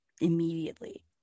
immediately